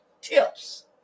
tips